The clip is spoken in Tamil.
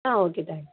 ah okay thanks